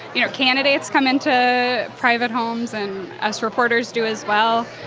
you know, candidates come into private homes and us reporters do as well,